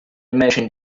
imagine